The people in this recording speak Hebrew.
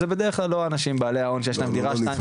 זה בדרך כלל לא האנשים בעלי ההון שיש להם שתיים,